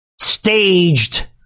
staged